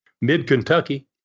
mid-Kentucky